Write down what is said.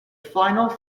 final